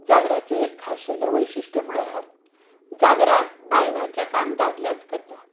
जागराचें खाशेलें वैशिश्ट्य म्हणल्यार जागराक बायलांचें काम दादलेच करतात